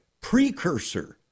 precursor